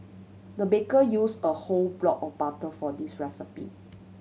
the baker use a whole block of butter for this recipe